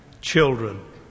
children